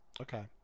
Okay